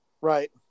Right